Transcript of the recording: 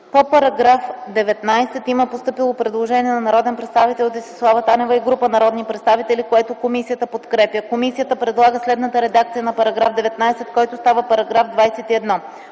По § 16 има направено предложение от народния представител Десислава Танева и група народни представители, което комисията подкрепя. Комисията предлага следната редакция на § 16, който става § 18: „§ 18.